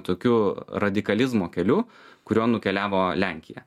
tokiu radikalizmo keliu kuriuo nukeliavo lenkija